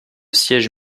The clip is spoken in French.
siège